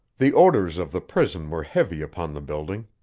the odors of the prison were heavy upon the building.